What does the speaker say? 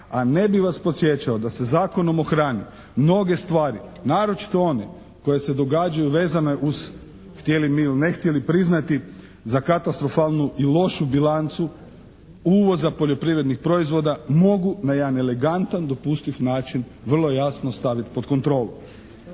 a ne bih vas podsjećao da se Zakonom o hrani mnoge stvari, naročito one koje se događaju vezane uz htjeli mi ili ne htjeli priznati, za katastrofalnu i lošu bilancu uvoza poljoprivrednih proizvoda mogu na jedan elegantan dopustiv način vrlo jasno staviti pod kontrolu.